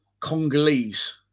Congolese